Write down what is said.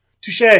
Touche